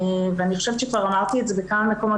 ואני חושבת שכבר אמרתי את זה בכמה מקומות,